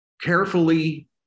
carefully